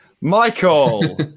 Michael